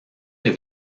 les